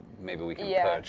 maybe we can yeah perch.